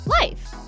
life